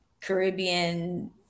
Caribbean